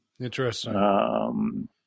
Interesting